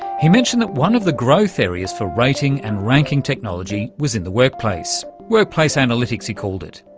he mentioned that one of the growth areas for rating and ranking technology was in the workplace workplace analytics, he called it.